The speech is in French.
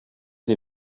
les